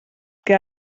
que